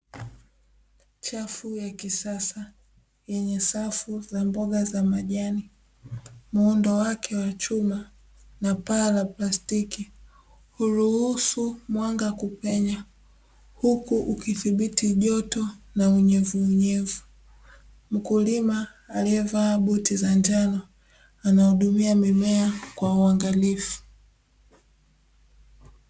Chafu ya kisasa yenye safu za mboga za majani, muundo wake wa chuma na paa la plastiki huruhusu mwanga kupenya, huku ukidhibiti joto na unyevuunyevu, mkulima aliyevaa buti za njano anahudumia mimea kwa uangalifu.